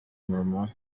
mama